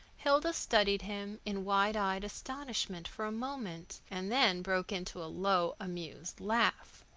hilda studied him in wide-eyed astonishment for a moment, and then broke into a low, amused laugh.